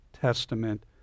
Testament